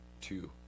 two